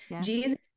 Jesus